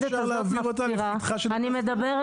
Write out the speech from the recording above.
אפשר להעביר אותה לפתחה של --- אני מדברת,